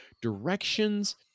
Directions